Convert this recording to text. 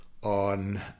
On